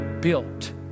built